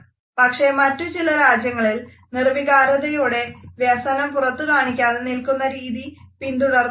പക്ഷെ മറ്റുചില രാജ്യങ്ങളിൽ നിർവികാരതയോടെ വ്യസനം പുറത്തുകാണിക്കാതെ നിൽക്കുന്ന രീതി പിന്തുടർന്നു പോരുന്നു